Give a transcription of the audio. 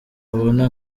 babona